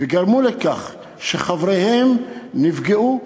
וגרמו לכך שחבריהם נפגעו,